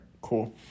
cool